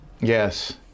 Yes